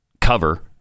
cover